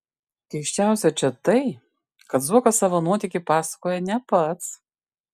keisčiausia čia tai kad zuokas savo nuotykį pasakoja ne pats